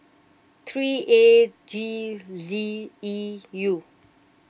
three A G Z E U